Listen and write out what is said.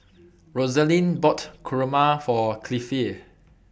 Roselyn bought Kurma For Cliffie